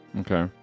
Okay